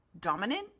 dominant